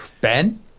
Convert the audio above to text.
Ben